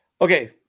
Okay